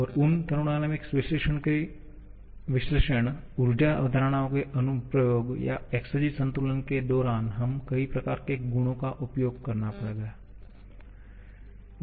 और उन थर्मोडायनामिक विश्लेषण ऊर्जा अवधारणाओं के अनुप्रयोग या एक्सेरजी संतुलन के दौरान हमें कई प्रकार के गुणों का उपयोग करना पड़ा